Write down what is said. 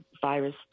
virus